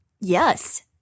Yes